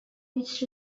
which